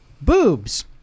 Boobs